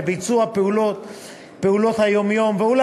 הורה),